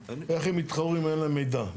איך הם יתחרו אם אין להם מידע?